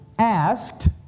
Asked